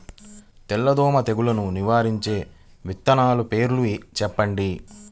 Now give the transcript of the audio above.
తెల్లదోమ తెగులును నివారించే విత్తనాల పేర్లు చెప్పండి?